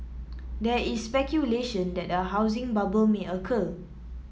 there is speculation that a housing bubble may occur